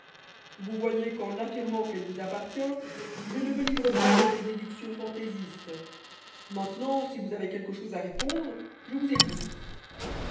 vous voyez qu'en affirmant qu'elle vous appartient je ne me livre pas à des déductions fantaisistes maintenant si vous avez quelque chose à répondre je vous écoute